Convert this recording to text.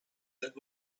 that